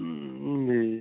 जी